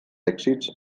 èxits